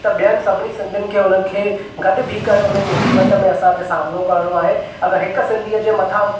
त ॿियनि सभिनी सिंधियुनि खे उन्हनि खे गॾु बीही करे उन जी मुसीबत में असां खे सामनो करणो आहे अगर हिक सिंधीअ जे मथां